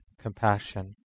compassion